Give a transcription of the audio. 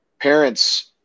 parents